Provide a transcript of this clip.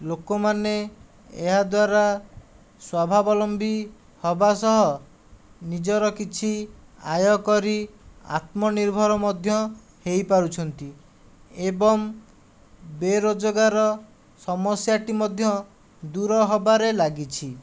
ଲୋକମାନେ ଏହାଦ୍ୱାରା ସ୍ୱାବଲମ୍ବି ହେବାସହ ନିଜର କିଛି ଆୟକରି ଆତ୍ମନିର୍ଭର ମଧ୍ୟ ହୋଇପାରୁଛନ୍ତି ଏବଂ ବେରୋଜଗାର ସମସ୍ୟାଟି ମଧ୍ୟ ଦୂର ହେବାରେ ଲାଗିଛି